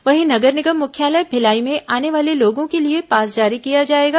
वहीं नगर निगम मुख्यालय भिलाई में आने वाले लोगों के लिए पास जारी किया जाएगा